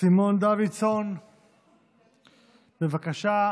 סימון דוידסון, בבקשה.